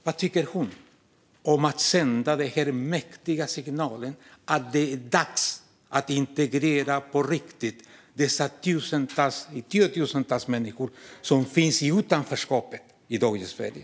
Vad tycker ledamoten om att sända den mäktiga signalen att det är dags att på riktigt integrera dessa tiotusentals människor som finns i utanförskap i dagens Sverige?